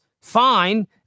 fine